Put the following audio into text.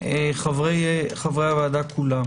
חברי הוועדה כולה